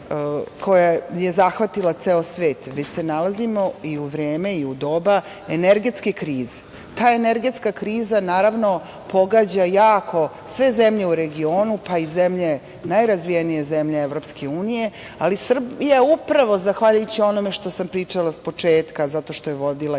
koja je zahvatila ceo svet, već se nalazimo i u vreme i u doba energetske krize. Ta energetska kriza, naravno, pogađa jako sve zemlje u regionu, pa i najrazvijenije zemlje EU, ali Srbija upravo, zahvaljujući onome što sam pričala s početka, zato što je vodila jednu